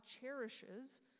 cherishes